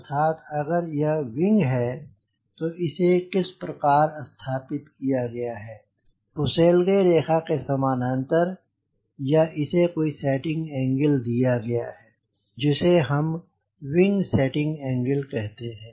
अर्थात अगर यह विंग है तो इसे किस प्रकार स्थापित किया गया है फुसेलगे रेखा के समानान्तर या इसे कोई सेटिंग एंगल दिया गया है जिसे हम विंग सेटिंग एंगल कहते हैं